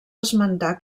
esmentar